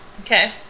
Okay